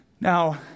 Now